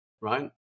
Right